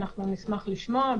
אנחנו נשמח לשמוע.